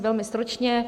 Velmi stručně.